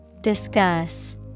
Discuss